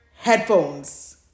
Headphones